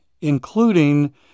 including